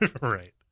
Right